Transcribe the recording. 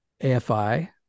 afi